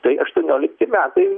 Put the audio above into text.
tai aštuoniolikti metai